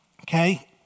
Okay